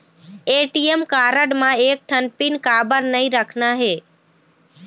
ATM card म एक ठन पिन काबर नई रखना हे?